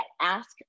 ask